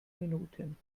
minuten